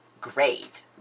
great